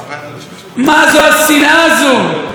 תקשורת צריכה להיות הוגנת,